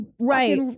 right